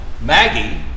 Maggie